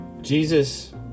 Jesus